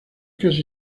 casi